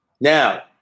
Now